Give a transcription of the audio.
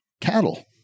cattle